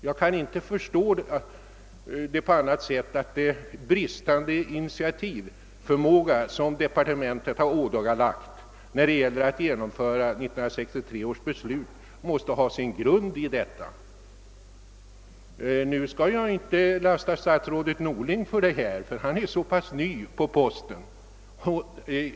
Jag kan inte förstå annat än att den bristande initiativförmåga som departementet har ådagalagt när det gällt att genomföra 1963 års beslut måste ha sin grund i detta förhållande. Nu skall jag naturligtvis inte lasta statsrådet Norling för detta, eftersom han är så pass ny på sin post.